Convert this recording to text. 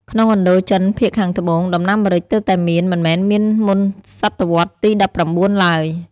ក្នុងឥណ្ឌូចិនភាគខាងត្បូង ដំណាំម្រេចទើបតែមាន មិនមែនមានមុនសតវត្សទី១៩ឡើយ។